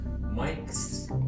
Mike's